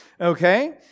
Okay